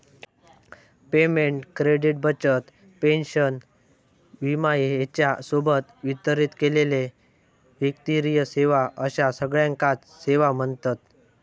payment, credit, बचत, प्रेषण, विमा ह्येच्या सोबत वितरित केलेले वित्तीय सेवा अश्या सगळ्याकांच सेवा म्ह्णतत